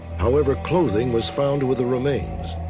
however, clothing was found with the remains,